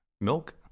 Milk